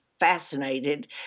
fascinated